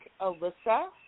Alyssa